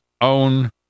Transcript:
own